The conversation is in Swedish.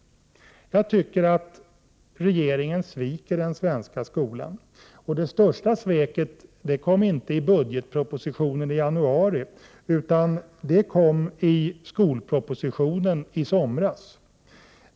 Jag tycker regeringen sviker den svenska skolan. Det största sveket kom inte i budgetpropositionen i januari utan i skolpropositionen i juli.